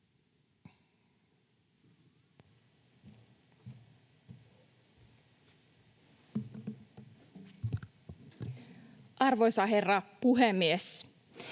Arvoisa herra puhemies!